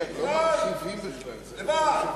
לבד,